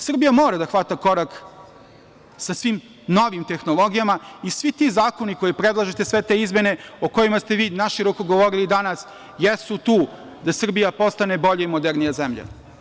Srbija mora da hvata korak sa svim novim tehnologijama i svi ti zakoni koje predlažete, sve te izmene o kojima ste vi naširoko govorili danas jesu tu da Srbija postane bolja i modernija zemlja.